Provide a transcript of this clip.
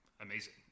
amazing